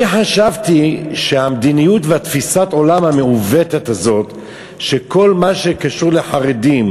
אני חשבתי שהמדיניות ותפיסת העולם המעוותת הזאת שכל מה שקשור לחרדים